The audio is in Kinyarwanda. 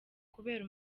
kubera